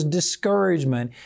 discouragement